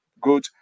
good